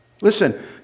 Listen